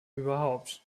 überhaupt